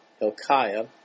Hilkiah